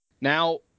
Now